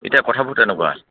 এতিয়া কথাবোৰ তেনেকবা